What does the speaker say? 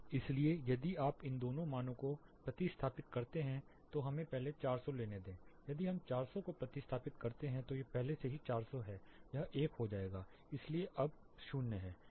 इसलिए यदि आप इन दोनों मानों को प्रतिस्थापित करते हैं तो हमें पहले 400 लेने दें यदि हम 400 को प्रतिस्थापित करते हैं तो यह पहले से ही 400 है यह 1 हो जाएगा इसलिए यह अब 0 है